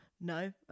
no